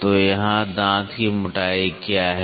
तो यहाँ दाँत की मोटाई क्या है